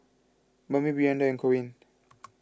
Bambi Brianda and Corine